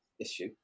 issue